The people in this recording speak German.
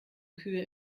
kühe